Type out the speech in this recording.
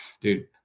dude